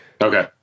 Okay